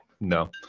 No